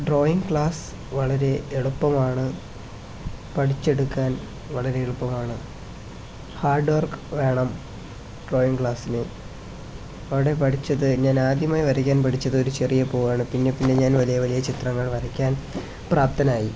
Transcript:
drawing class വളരെ എളുപ്പമാണ് പഠിച്ചെടുക്കാൻ വളരെ എളുപ്പമാണ് ഹാർഡ് വർക്ക് വേണം ഡ്രോയിങ് ക്ലാസ്സിന് അവിടെ പഠിച്ചത് ഞാൻ ആദ്യമായി വരയ്ക്കാൻ പഠിച്ചത് ഒരു ചെറിയ പൂവാണ് പിന്നെപ്പിന്നെ ഞാൻ വലിയ വലിയ ചിത്രങ്ങൾ വരയ്ക്കാൻ പ്രാപ്തനായി